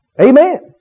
amen